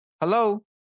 Hello